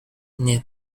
near